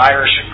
Irish